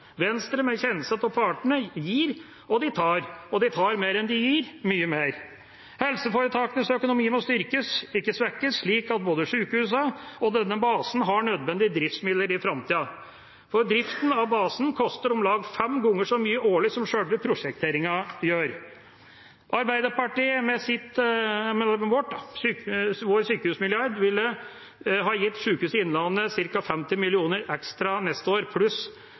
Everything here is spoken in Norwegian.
Venstre med Kjenseth og partene gir, og de tar, og de tar mer enn de gir – mye mer. Helseforetakenes økonomi må styrkes, ikke svekkes, slik at både sykehusene og denne basen har nødvendige driftsmidler i framtiden. Driften av basen koster om lag fem ganger så mye årlig som sjølve prosjekteringen gjør. Arbeiderpartiet med sin sykehusmilliard ville ha gitt Sykehuset Innlandet ca. 50 mill. kr ekstra neste år, pluss